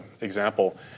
example